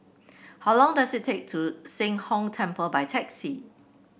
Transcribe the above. how long does it take to Sheng Hong Temple by taxi